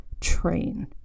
train